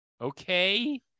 Okay